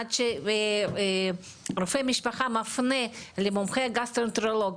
עד שרופא משפחה מפנה למומחה גסטרואנטרולוג,